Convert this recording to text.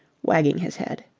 wagging his head.